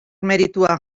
meritua